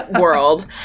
world